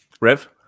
Rev